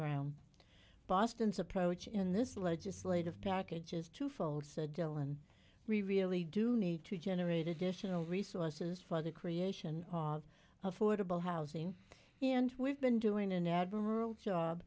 brown boston's approach in this legislative package is twofold said jill and we really do need to generate additional resources for the creation of affordable housing and we've been doing an admirable job